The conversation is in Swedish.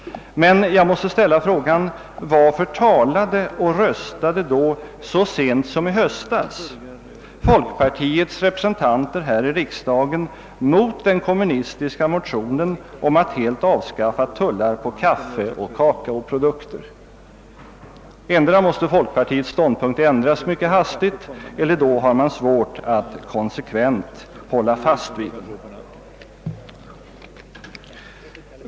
Men jag måste ställa frågan: Varför talade och röstade då så sent som i höstas folkpartiets representanter här i riksdagen mot den kommu nistiska motionen om att helt avskaffa tullen på kaffe och kakaoprodukter? Antingen måste folkpartiets ståndpunkt ha ändrats mycket hastigt, eller också har man svårt att konsekvent hålla fast vid den.